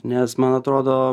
nes man atrodo